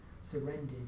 surrendered